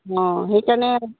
অঁ সেইকাৰণে